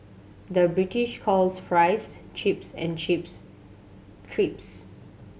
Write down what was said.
the British calls fries chips and chips crisps